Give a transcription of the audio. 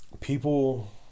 People